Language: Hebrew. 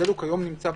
כיום ההבדל נמצא בחוק,